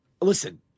listen